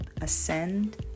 ascend